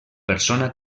persona